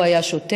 הוא היה שוטר.